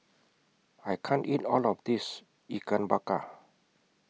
I can't eat All of This Ikan Bakar